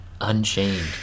unchained